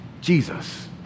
Jesus